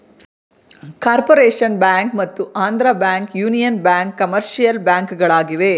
corporation bank ಮತ್ತು Andhra bank, union bank commercial ಬ್ಯಾಂಕ್ಗಳಾಗಿವೆ